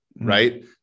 right